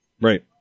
Right